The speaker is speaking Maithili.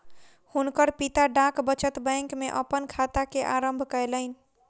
हुनकर पिता डाक बचत बैंक में अपन खाता के आरम्भ कयलैन